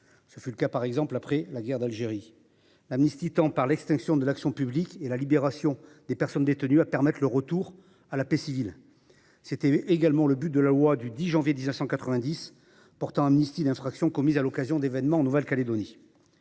On pense, par exemple, à la fin de la guerre d’Algérie. L’amnistie tend, par l’extinction de l’action publique et la libération des personnes détenues, à permettre le retour de tous à la vie civile. C’était le but de la loi du 10 janvier 1990 portant amnistie d’infractions commises à l’occasion d’événements survenus en Nouvelle Calédonie,